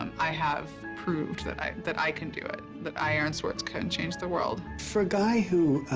um i have proved that i that i can do it. that i, aaron swartz, could change the world. for a guy who